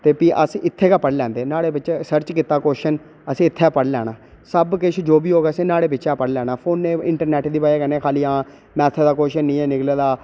ते भी अस इत्थै गै पढ़ी लैंदे न न्हाड़े बिचा सर्च कीता कोआशन असें इत्थै पढ़ी लैना सब किश जो बी होए असें न्हाड़े बिचा पढ़ी लैना फोन इंटरनैट दी वजह् कन्नै खाली मैथा दा कोआशन नेईं निकला दा